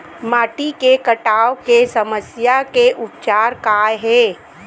माटी के कटाव के समस्या के उपचार काय हे?